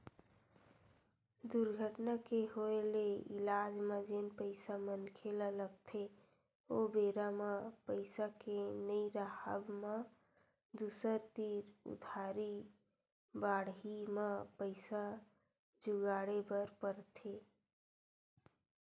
दुरघटना के होय ले इलाज म जेन पइसा मनखे ल लगथे ओ बेरा म पइसा के नइ राहब म दूसर तीर उधारी बाड़ही म पइसा जुगाड़े बर परथे